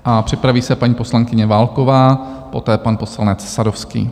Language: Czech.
A připraví se paní poslankyně Válková, poté pan poslanec Sadovský.